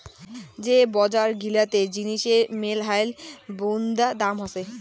যে বজার গিলাতে জিনিসের মেলহাই বুন্দা দাম হসে